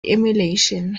emulation